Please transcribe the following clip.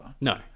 No